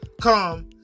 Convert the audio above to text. come